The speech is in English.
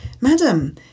madam